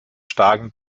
starken